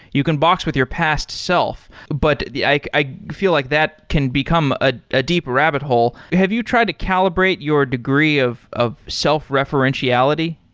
you can box with your past self. but i like i feel like that can become a ah deep rabbit hole. have you tried to calibrate your degree of of self-referentiality?